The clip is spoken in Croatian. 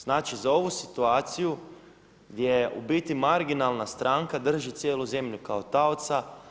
Znači za ovu situaciju je u biti marginalna stranka drži cijelu zemlju kao taoca.